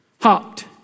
hopped